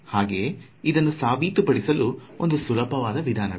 ಹಾಗೆಯೇ ಇದನ್ನು ಸಾಬಿತುಪಡಿಸಲು ಒಂದು ಸುಲಭವಾದ ವಿಧಾನವಿದೆ